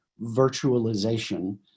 virtualization